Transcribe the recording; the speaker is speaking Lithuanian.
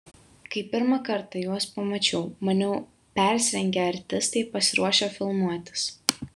kai pirmą kartą juos pamačiau maniau persirengę artistai pasiruošę filmuotis